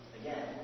Again